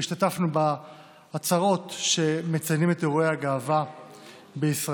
השתתפנו בעצרות שבהן מציינים את אירועי הגאווה בישראל.